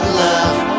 love